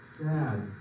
sad